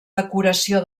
decoració